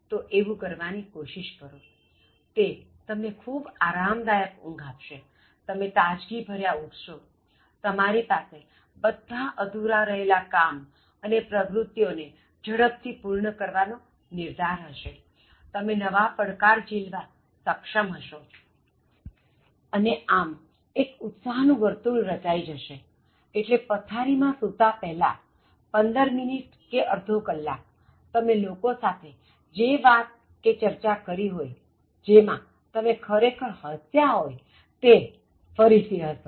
તો એવું કરવાની કોશિષ કરો તે તમને ખૂબ આરામદાયક ઉંઘ આપશે તમે તાજગીભર્યા ઉઠશો અને તમારી પાસે બધા અધૂરા રહેલા કામ અને પ્રવૃત્તિ ઓ ને ઝડપથી પૂર્ણ કરવાનો નિર્ધાર હશે તમે નવા પડકાર ઝીલવા સક્ષમ હશો અને આમ એક ઉત્સાહનું વર્તુળ રચાઇ જશેએટલે પથારી માં સૂતા પહેલાં 15 મિનિટ કે અર્ધો કલાક તમે લોકો સાથે જે વાત કે ચર્ચા કરી હોય જેમાં તમે ખરેખર હસ્યા હોયતે ફરીથી હસો